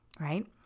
Right